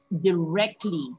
directly